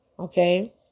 Okay